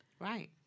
right